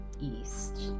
east